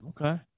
Okay